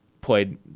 played